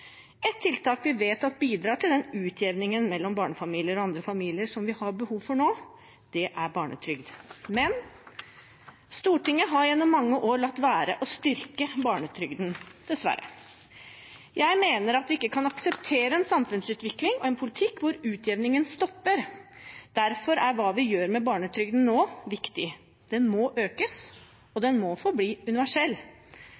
Et tiltak vi vet bidrar til den utjevningen mellom barnefamilier og andre familier som vi har behov for nå, er barnetrygd. Men Stortinget har gjennom mange år latt være å styrke barnetrygden, dessverre. Jeg mener at vi ikke kan akseptere en samfunnsutvikling og en politikk hvor utjevningen stopper. Derfor er det vi gjør med barnetrygden nå, viktig. Den må økes, og